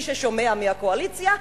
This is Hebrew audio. מי ששומע מהקואליציה,